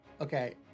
Okay